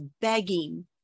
begging